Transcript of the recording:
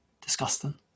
disgusting